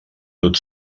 tot